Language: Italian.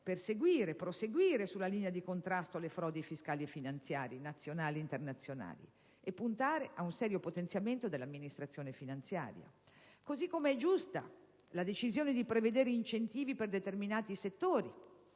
Commissione - proseguire sulla linea di contrasto alle frodi fiscali e finanziarie nazionali e internazionali, e puntare a un serio potenziamento dell'Amministrazione finanziaria. Così come è giusta la decisione di prevedere incentivi per determinati settori